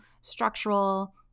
structural